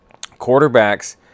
quarterbacks